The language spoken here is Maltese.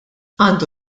għandu